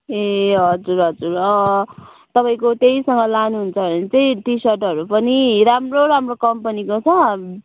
ए हुजर हजुर तपाईँको त्यहीसँग लानुहुन्छ भने चाहिँ टी सर्टहरू पनि राम्रो राम्रो कम्पनीको छ